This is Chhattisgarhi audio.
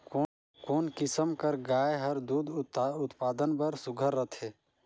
कोन किसम कर गाय हर दूध उत्पादन बर सुघ्घर रथे?